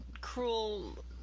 cruel